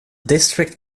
district